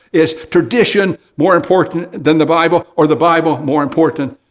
is tradition more important than the bible, or the bible more important?